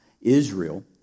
Israel